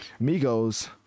Migos